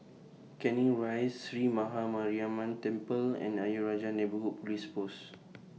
Canning Rise Sree Maha Mariamman Temple and Ayer Rajah Neighbourhood Police Post